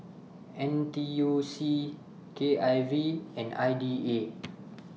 N T U C K I V and I D A